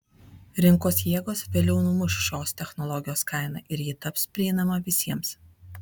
rinkos jėgos vėliau numuš šios technologijos kainą ir ji taps prieinama visiems